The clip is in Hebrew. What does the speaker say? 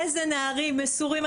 איזה נערים מסורים,